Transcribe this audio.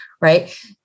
right